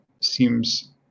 seems